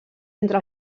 entre